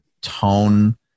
tone